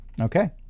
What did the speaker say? Okay